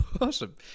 awesome